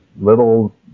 little